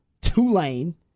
Tulane